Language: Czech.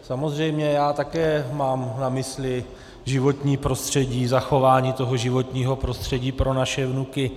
Samozřejmě, já také mám na mysli životní prostředí, zachování životního prostředí pro naše vnuky.